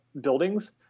buildings